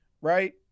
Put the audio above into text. right